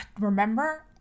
remember